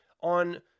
on